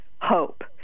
hope